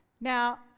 Now